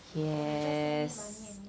yes